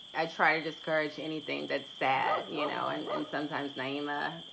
i try to discourage anything that sad, you know, and and sometimes namur,